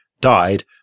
died